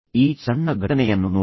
ಈ ಸಣ್ಣ ಘಟನೆಯನ್ನು ನೋಡಿ